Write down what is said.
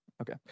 Okay